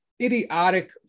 idiotic